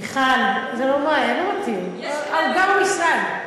מיכל, זה, העוגה במשרד.